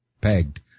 pegged